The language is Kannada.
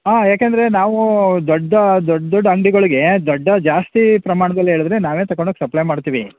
ಹಾಂ ಏಕೆಂದರೆ ನಾವು ದೊಡ್ಡ ದೊಡ್ಡ ದೊಡ್ಡ ಅಂಗ್ಡಿಗಳಿಗೆ ದೊಡ್ಡ ಜಾಸ್ತಿ ಪ್ರಮಾಣ್ದಲ್ಲಿ ಹೇಳಿದ್ರೆ ನಾವೇ ತಗೊಂಡೋಗ್ ಸಪ್ಲೈ ಮಾಡ್ತೀವಿ